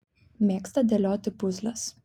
mėgsta dėlioti puzles